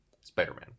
Spider-Man